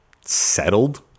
settled